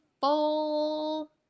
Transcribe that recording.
full